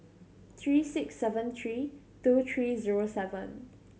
three six seven three two three zero seven